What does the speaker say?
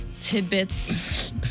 Tidbits